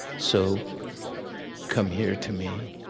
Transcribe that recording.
so come here to me.